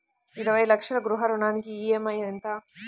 ఇరవై లక్షల గృహ రుణానికి ఈ.ఎం.ఐ ఎంత?